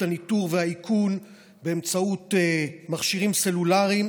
הניטור והאיכון באמצעות מכשירים סלולריים